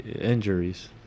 Injuries